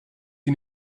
you